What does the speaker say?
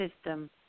system